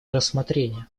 рассмотрения